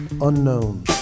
unknown